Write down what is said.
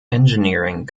engineering